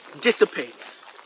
dissipates